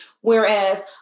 Whereas